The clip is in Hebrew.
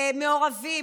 מעורבים,